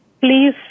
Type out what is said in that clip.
please